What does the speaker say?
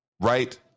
right